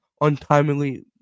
untimely